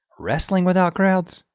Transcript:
wrestling without crowds,